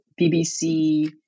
BBC